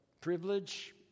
privilege